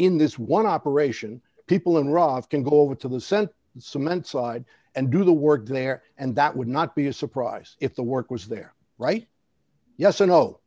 in this one operation people in iraq can go over to the center cement side and do the work there and that would not be a surprise if the work was there right yes or no